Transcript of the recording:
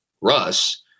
Russ